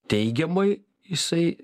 teigiamai jisai